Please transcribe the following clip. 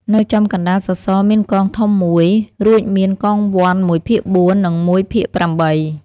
នៅចំកណ្ដាលសសរមានកងធំមួយ រួចមានកងវណ្ឌមួយភាគបួន និងមួយភាគប្រាំបី។